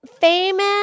famous